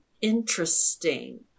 interesting